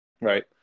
Right